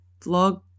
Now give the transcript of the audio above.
vlog